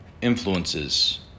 Influences